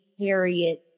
Harriet